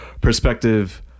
perspective